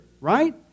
right